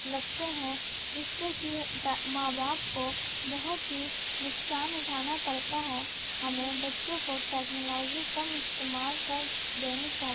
لگتے ہیں جس سے کہ ماں باپ کو بہت ہی نقصان اٹھانا پڑتا ہے ہمیں بچوں کو ٹکنالوجی کم استعمال کر دینی چاہ